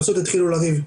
פשוט התחילו לריב.